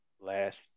last